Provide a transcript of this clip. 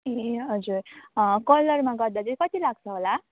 ए हजुर कलरमा गर्दा चाहिँ कति लाग्छ होला